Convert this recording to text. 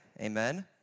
Amen